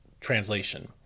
translation